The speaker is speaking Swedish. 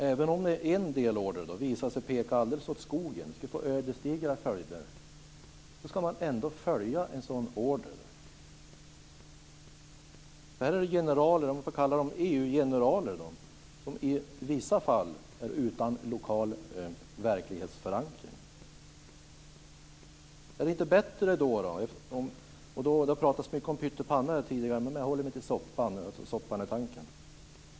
Även om en order visar sig peka alldeles åt skogen och skulle få ödesdigra följder ska en sådan order följas. Här är det generaler, EU generaler, som i vissa fall saknar en lokal verklighetsförankring. Det har talats mycket om pyttipanna tidigare här. Jag håller mig till soppa - till soppan i tanken.